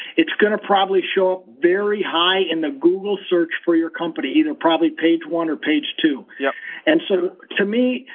it's going to probably show up very high in the google search for your company. either, probably, page one or page two. yeah and and so, to me,